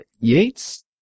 Yates